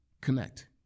connect